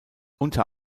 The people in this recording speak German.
unter